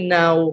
now